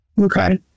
Okay